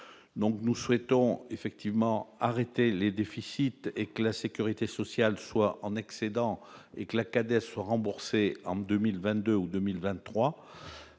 donc nous souhaitons effectivement arrêté les déficits et que la sécurité sociale soit en excédent éclat cadet soient remboursés en 2000 22 août 2023,